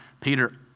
Peter